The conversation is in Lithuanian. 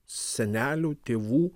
senelių tėvų